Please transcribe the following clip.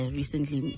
recently